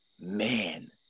man